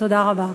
תודה רבה.